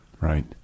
right